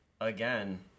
again